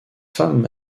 femme